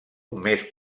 més